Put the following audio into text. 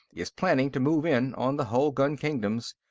is planning to move in on the hulgun kingdoms.